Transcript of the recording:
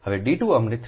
હવે d 2 અમને 3